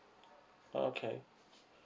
oh can